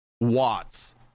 watts